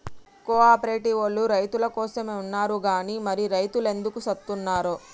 కో ఆపరేటివోల్లు రైతులకోసమే ఉన్నరు గని మరి రైతులెందుకు సత్తున్నరో